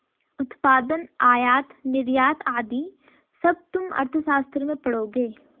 उत्पादन, आयात निर्यात आदि सब तुम अर्थशास्त्र में पढ़ोगे